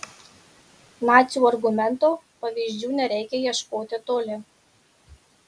nacių argumento pavyzdžių nereikia ieškoti toli